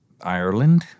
Ireland